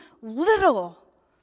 little